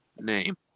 name